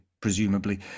presumably